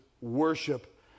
worship